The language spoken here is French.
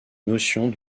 notions